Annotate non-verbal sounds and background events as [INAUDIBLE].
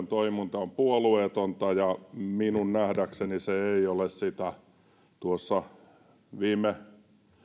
[UNINTELLIGIBLE] toiminta on puolueetonta ja minun nähdäkseni se ei ole sitä tuossa viime